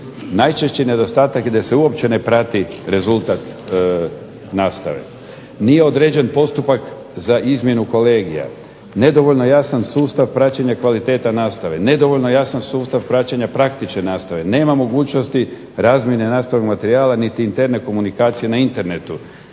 najčešće nedostatak je da se uopće ne prati rezultat nastave. Nije određen postupak za izmjenu kolegija, nedovoljno jasan sustav praćenja kvaliteta nastave, nedovoljan jasan sustav praćenja praktične nastave, nema mogućnosti razmjene ... materijala niti interne komunikacije na Internetu.